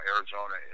Arizona